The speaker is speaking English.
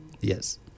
Yes